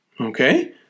Okay